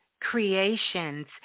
creations